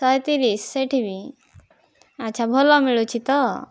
ଶହେ ତିରିଶି ସେହିଠି ବି ଆଚ୍ଛା ଭଲ ମିଳୁଛି ତ